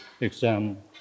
exam